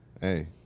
Hey